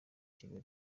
kigali